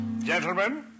Gentlemen